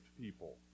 people